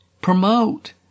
Promote